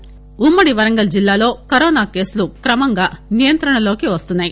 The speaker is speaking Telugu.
వరంగల్ ఉమ్మడి వరంగల్ జిల్లాలో కరోనా కేసులు క్రమంగా నియంత్రణలోకి వస్తున్నాయి